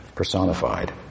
Personified